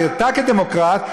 ואתה כדמוקרט,